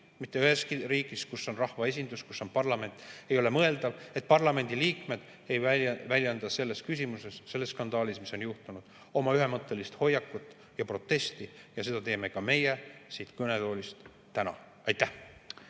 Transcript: mitte üheski riigis –, kus on rahvaesindus, kus on parlament, ei ole mõeldav, et parlamendiliikmed ei väljenda sellises küsimuses, sellises skandaalis, mis on juhtunud, oma ühemõttelist hoiakut ja protesti, ja seda teeme ka meie siin kõnetoolis täna. Aitäh!